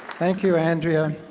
thank you andrea.